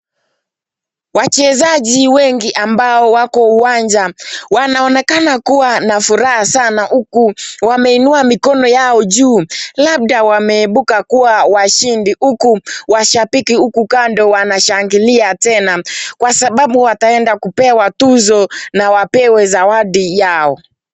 Wachezaji wengi ambao wako uwanja wanaonekana kuwa na furaha sana huku wameinua mikono yao juu labda wameebuka kuwa ushindi huku mashabiki huku kando wanashangilia kua sababu wataenda kupewa tuzo na wapewe zawadi yao.